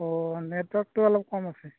অঁ নেটৱৰ্কটো অলপ কম আছে